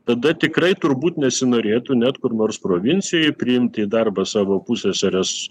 tada tikrai turbūt nesinorėtų net kur nors provincijoj priimti į darbą savo pusseserės